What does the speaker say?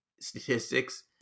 Statistics